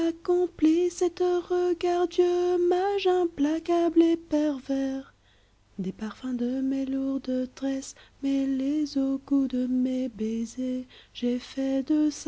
pervers des parfums